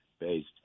based